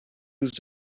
used